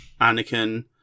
Anakin